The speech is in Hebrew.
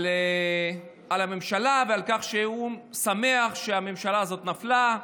על הממשלה ועל כך שהוא שמח שהממשלה הזאת נפלה.